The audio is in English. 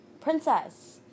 Princess